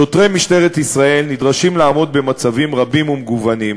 שוטרי משטרת ישראל נדרשים לעמוד במצבים רבים ומגוונים,